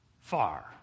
far